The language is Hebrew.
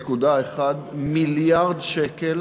13.1 מיליארד שקל